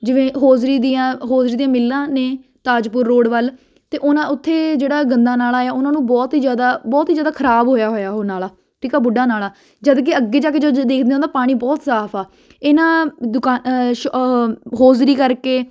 ਜਿਵੇਂ ਹੋਜ਼ਰੀ ਦੀਆਂ ਹੋਜ਼ਰੀ ਦੀਆਂ ਮਿੱਲਾਂ ਨੇ ਤਾਜਪੁਰ ਰੋਡ ਵੱਲ ਅਤੇ ਉਹਨਾਂ ਉੱਥੇ ਜਿਹੜਾ ਗੰਦਾ ਨਾਲਾ ਆ ਉਹਨਾਂ ਨੂੰ ਬਹੁਤ ਹੀ ਜ਼ਿਆਦਾ ਬਹੁਤ ਹੀ ਜ਼ਿਆਦਾ ਖਰਾਬ ਹੋਇਆ ਹੋਇਆ ਉਹ ਨਾਲ੍ਹਾ ਠੀਕ ਆ ਬੁੱਢਾ ਨਾਲ੍ਹਾ ਜਦੋਂ ਕਿ ਅੱਗੇ ਜਾ ਕੇ ਜਦੋਂ ਦੇਖਦੇ ਤਾਂ ਪਾਣੀ ਬਹੁਤ ਸਾਫ ਆ ਇਹਨਾਂ ਦੁਕਾਨ ਸ਼ੋ ਹੋਜ਼ਰੀ ਕਰਕੇ